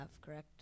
correct